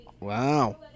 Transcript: Wow